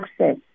access